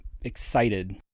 excited